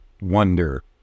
wonder